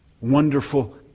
wonderful